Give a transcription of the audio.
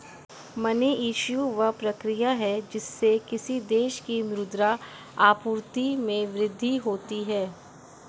money issue, वह प्रक्रिया है जिससे किसी देश की मुद्रा आपूर्ति में वृद्धि होती है